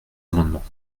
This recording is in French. amendements